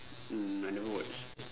mm I never watch